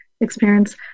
experience